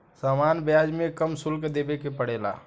सामान्य ब्याज में कम शुल्क देबे के पड़ेला